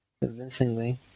convincingly